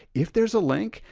if there's a link,